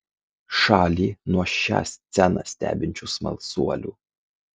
šalį nuo šią sceną stebinčių smalsuolių